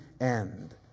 end